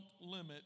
limit